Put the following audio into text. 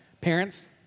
Parents